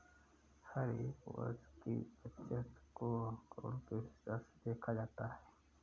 हर एक वर्ष की बचत को आंकडों के हिसाब से देखा जाता है